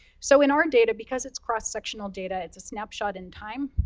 so in our data, because it's cross-sectional data, it's a snapshot in time,